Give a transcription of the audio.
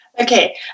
Okay